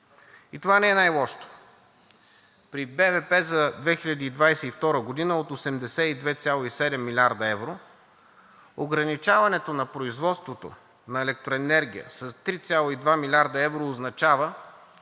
И това не е най-лошото. При БВП за 2022 г. от 82,7 млрд. евро ограничаването на производството на електроенергия с 3,2 млрд. евро означава,